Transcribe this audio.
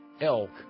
elk